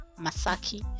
Masaki